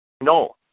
No